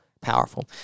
Powerful